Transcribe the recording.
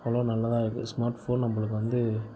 அவ்வளோ நல்லதாக இருக்குது ஸ்மார்ட்ஃபோன் நம்மளுக்கு வந்து